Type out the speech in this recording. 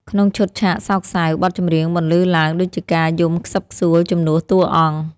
ក្នុងឈុតឆាកសោកសៅ បទចម្រៀងបន្លឺឡើងដូចជាការយំខ្សឹកខ្សួលជំនួសតួអង្គ។